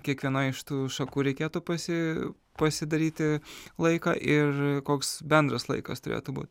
kiekvienai iš tų šakų reikėtų pasi pasidaryti laiką ir koks bendras laikas turėtų būt